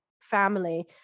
family